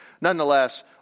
nonetheless